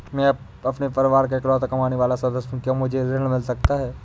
मैं अपने परिवार का इकलौता कमाने वाला सदस्य हूँ क्या मुझे ऋण मिल सकता है?